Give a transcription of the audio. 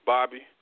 Bobby